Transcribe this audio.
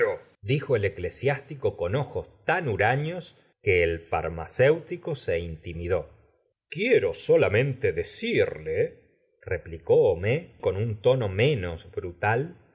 dijo el eclesiástico con ojos tan huraños que el farmacóuti co se intimidó quiero solamente decirle replicó homais on un tono menos brutal